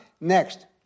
Next